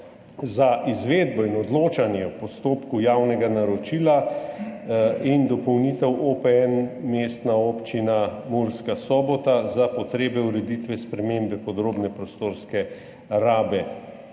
za izvedbo in odločanje o postopku javnega naročila in dopolnitev OPN Mestna občina Murska Sobota za potrebe ureditve spremembe podrobne prostorske rabe.